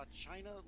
China